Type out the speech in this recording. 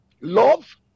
love